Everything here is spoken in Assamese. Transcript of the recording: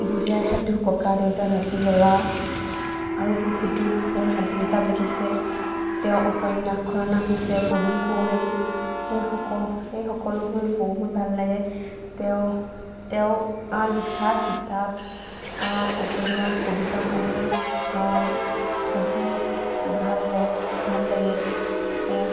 বুঢ়ি আই সাধু ককা দেউতা নাতি ল'ৰা আৰু বহুতো সাধু কিতাপ লিখিছে তেওঁ উপন্যাসখনৰ নাম হৈছে পদুম কোঁৱৰী সেই সক সেই সকলোবোৰ বহুত ভাল লাগে তেওঁ তেওঁ লিখা কিতাপ উপন্যাস কবিতাসমূহ পঢ়ি ভাল লক ভাল লাগে